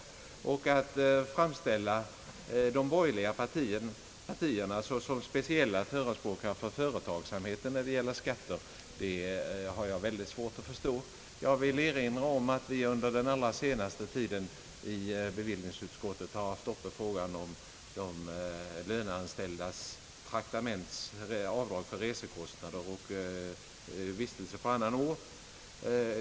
Jag har mycket svårt att förstå att man kan framställa de borgerliga partierna som speciella ' förespråkare för företagsamheten när det gäller skatter. Jag vill erinra om att vi under den allra senaste tiden i bevillningsutskottet behandlat borgerliga motioner om de löneanställdas avdragsrätt för traktamentsersättning och kostnader vid vistelse på annan ort.